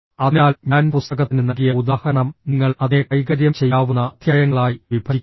അതിനാൽ ഞാൻ പുസ്തകത്തിന് നൽകിയ ഉദാഹരണം നിങ്ങൾ അതിനെ കൈകാര്യം ചെയ്യാവുന്ന അധ്യായങ്ങളായി വിഭജിക്കുന്നു